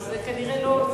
אז כנראה לא.